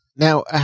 Now